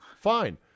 fine